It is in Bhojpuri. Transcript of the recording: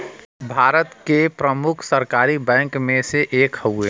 भारत के प्रमुख सरकारी बैंक मे से एक हउवे